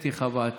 אתי חוה עטייה,